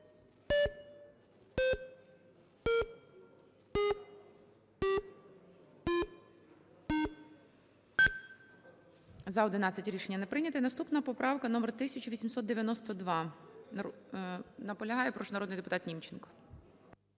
За-11 Рішення не прийнято. Наступна поправка номер 1892. Наполягає. Прошу народний депутат Німченко.